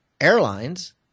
airlines